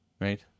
right